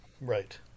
right